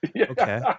Okay